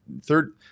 third